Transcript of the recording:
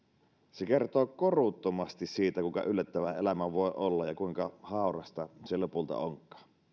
se kertoo koruttomasti siitä kuinka yllättävää elämä voi olla ja kuinka haurasta se lopulta onkaan